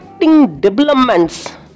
Developments